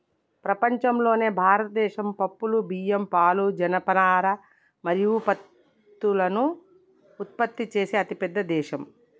ప్రపంచంలోనే భారతదేశం పప్పులు, బియ్యం, పాలు, జనపనార మరియు పత్తులను ఉత్పత్తి చేసే అతిపెద్ద దేశం